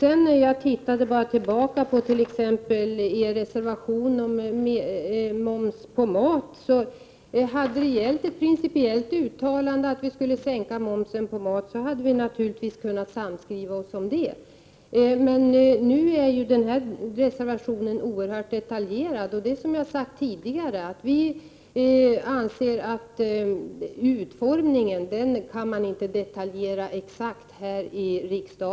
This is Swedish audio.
Vad beträffar matmomsen vill jag säga att hade er reservation gällt ett principiellt uttalande om att sänka momsen på mat, då hade vi naturligtvis kunnat samskriva oss om det. Men nu är ju den reservationen oerhört detaljerad, och som jag sagt tidigare anser vi det inte möjligt att här i riksdagen åstadkomma en utformning exakt i detalj.